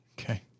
Okay